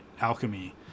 alchemy